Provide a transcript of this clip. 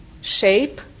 shape